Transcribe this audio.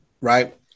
Right